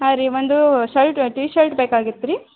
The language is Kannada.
ಹಾಂ ರೀ ಒಂದು ಶರ್ಟ್ ಟಿ ಶರ್ಟ್ ಬೇಕಾಗಿತ್ತು ರೀ